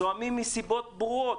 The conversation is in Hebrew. זועמים מסיבות ברורות,